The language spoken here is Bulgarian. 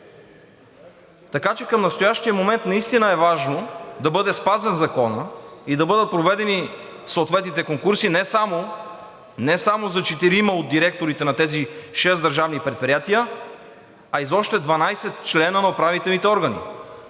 Така че към настоящия момент наистина е важно да бъде спазен Законът и да бъдат проведени съответните конкурси не само за четирима от директорите на тези шест държавни предприятия, а и за още 12 членове на управителните органи.